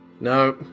No